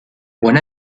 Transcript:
one